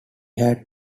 had